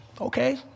Okay